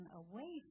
away